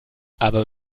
aber